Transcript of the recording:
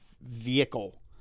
vehicle